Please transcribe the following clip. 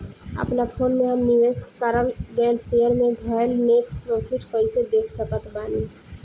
अपना फोन मे हम निवेश कराल गएल शेयर मे भएल नेट प्रॉफ़िट कइसे देख सकत बानी?